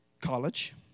college